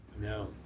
No